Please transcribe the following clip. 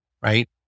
right